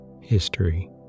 History